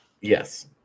Yes